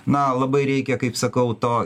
na labai reikia kaip sakau to